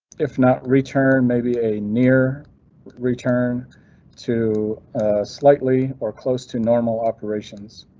if not, return may be a near return to slightly or close to normal operations,